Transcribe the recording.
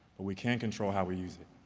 but we can control how we use it.